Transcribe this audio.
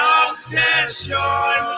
obsession